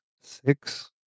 six